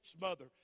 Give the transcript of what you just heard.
mother